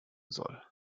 soll